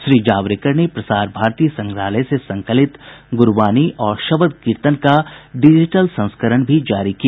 श्री जावड़ेकरने प्रसार भारती संग्रहालय से संकलित गुरबानी और शबद कीर्तन का डिजीटल संस्करणभी जारी किया